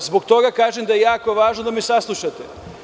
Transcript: Zbog toga kažem da je jako važno da me saslušate.